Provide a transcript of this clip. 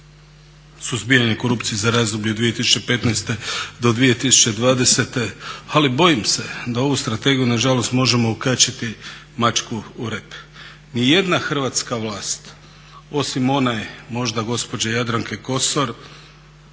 suzbijanja korupcije za razdoblje od 2015.do 2020., ali bojim se da ovu strategiju nažalost možemo okačiti mačku o rep. Ni jedna hrvatska vlast osim one možda gospođe Jadranke Kosor,